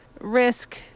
risk